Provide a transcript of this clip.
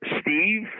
Steve